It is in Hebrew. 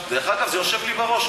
דרך אגב, זה יושב לי בראש.